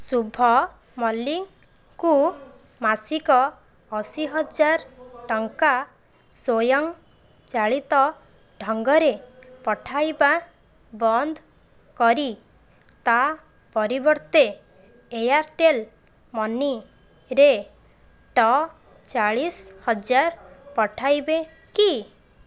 ଶୁଭ ମଲ୍ଲିକଙ୍କୁ ମାସିକ ଅଶୀ ହାଜର ଟଙ୍କା ସ୍ୱୟଂଚାଳିତ ଢଙ୍ଗରେ ପଠାଇବା ବନ୍ଦ କରି ତା' ପରିବର୍ତ୍ତେ ଏୟାର୍ଟେଲ୍ ମନିରେ ଟ ଚାଳିଶ ହଜାର ପଠାଇବେ କି